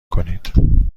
کنید